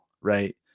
right